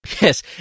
Yes